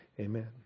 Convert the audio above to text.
Amen